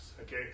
Okay